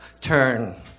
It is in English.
turn